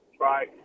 Right